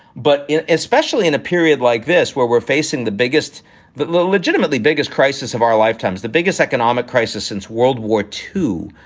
but especially in a period like this where we're facing the biggest the legitimately biggest crisis of our lifetimes, the biggest economic crisis since world war two.